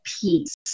peace